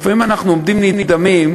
לפעמים אנחנו עומדים נדהמים,